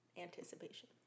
Anticipation